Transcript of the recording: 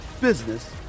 business